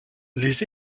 les